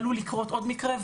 עלול לקרות עוד מקרה,